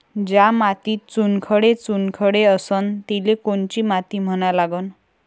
ज्या मातीत चुनखडे चुनखडे असन तिले कोनची माती म्हना लागन?